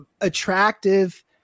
attractive